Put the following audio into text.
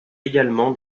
également